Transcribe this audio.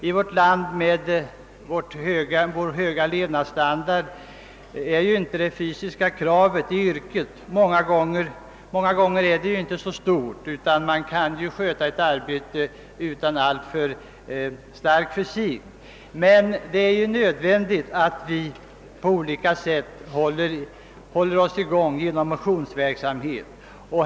I vårt land med dess höga levnadsstandard är det fysiska kravet i yrket många gånger inte så stort. Man kan oftast sköta ett arbete utan alltför stark fysik. Det är nödvändigt att vi på olika sätt håller oss i gång genom motionsverksamhet. Bl.